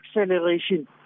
acceleration